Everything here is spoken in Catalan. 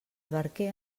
barquer